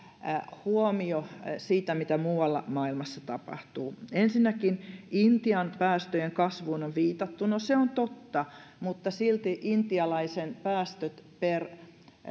huomio siitä mitä muualla maailmassa tapahtuu ensinnäkin intian päästöjen kasvuun on viitattu no se on totta mutta silti intialaisten päästöt per